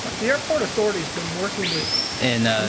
the airport authorities been working with and